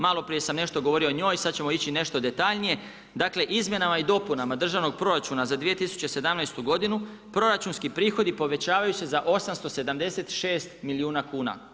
Maloprije sam nešto govorio o njoj, sad ćemo ići nešto detaljnije, dakle, izmjenama i dopunama državnog proračuna za 2017. g. proračunski prihodi povećavaju se za 876 milijuna kn.